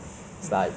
bullied first lah